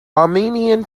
armenian